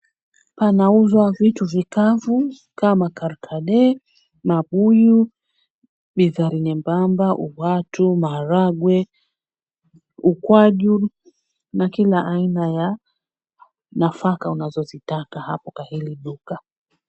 Panauzwa vitu vikavu kama karkade, mabuyu, bizari nyembamba, uwatu, maharagwe, ukwaju na kila aina ya nafaka unazozitaka kwenye hili duka.